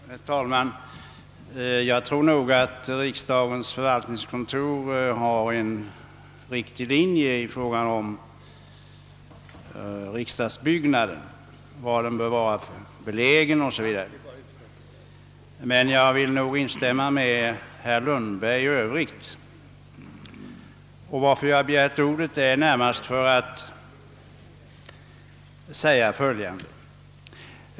Herr talman! Jag tror att riksdagens förvaltningskontor följer en riktig linje i fråga om var riksdagsbyggnaden bör vara belägen o. s. v., men i övrigt vill jag nog instämma med herr Lundberg. Jag begärde sålunda ordet närmast för att säga följande.